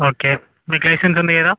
okay మీకు licence ఉంది కదా